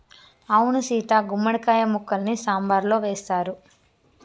అవును సీత గుమ్మడి కాయ ముక్కల్ని సాంబారులో వేస్తారు